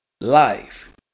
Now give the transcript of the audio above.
life